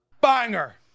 banger